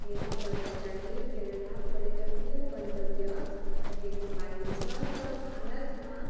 हेर्नपर्दा चाहिँ केरला पर्यटकीय गन्तव्य रहेको पाइन्छ र भारतमा